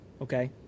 Okay